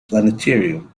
planetarium